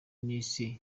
nise